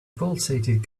pulsated